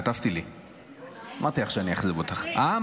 כתבתי לי, אמרתי לך שאאכזב אותך: העם